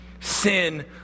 Sin